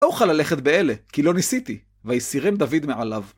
לא אוכל ללכת באלה, כי לא ניסיתי, ויסירם דוד מעליו.